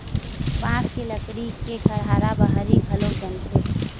बांस के लकड़ी के खरहारा बाहरी घलोक बनथे